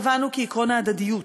קבענו כי עקרון ההדדיות,